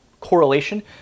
Correlation